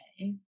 okay